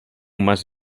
mas